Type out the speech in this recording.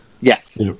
Yes